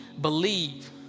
believe